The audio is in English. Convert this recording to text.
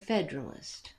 federalist